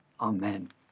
amen